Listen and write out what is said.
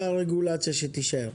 אותה רגולציה, שתישאר.